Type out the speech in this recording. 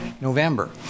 November